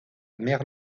mère